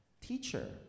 Teacher